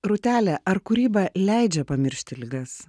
rūtele ar kūryba leidžia pamiršti ligas